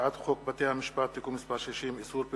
הצעת חוק בתי-המשפט (תיקון מס' 60) (איסור פרסום),